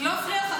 אני לא אפריע לך.